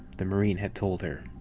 the marine had told her.